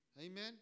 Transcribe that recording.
Amen